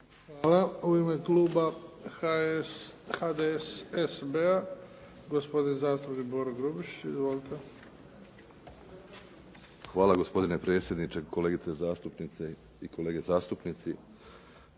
Hvala. U ime Kluba HDSSB-a, gospodin zastupnik Boro Grubišić. Izvolite. **Grubišić, Boro (HDSSB)** Hvala gospodine predsjedniče, kolegice zastupnice i kolege zastupnici,